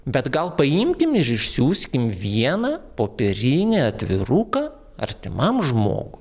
bet gal paimkim ir išsiųskim vieną popierinį atviruką artimam žmogu